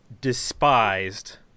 Despised